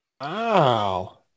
Wow